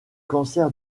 cancer